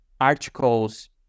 articles